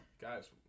guys